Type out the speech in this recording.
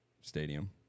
stadium